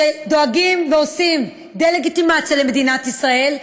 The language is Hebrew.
שדואגים ועושים דה-לגיטימציה למדינת ישראל,